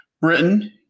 Britain